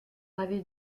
avait